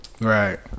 Right